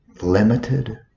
limited